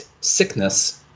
sickness